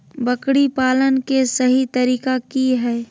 बकरी पालन के सही तरीका की हय?